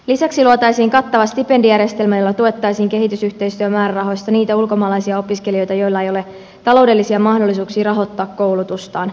lisäksi luotaisiin kattava stipendijärjestelmä jolla tuettaisiin kehitysyhteistyömäärärahoista niitä ulkomaalaisia opiskelijoita joilla ei ole taloudellisia mahdollisuuksia rahoittaa koulutustaan